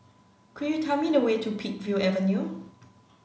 could you tell me the way to Peakville Avenue